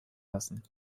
lassen